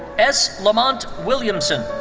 s. lemont williamson.